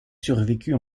survécut